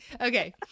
Okay